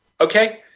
Okay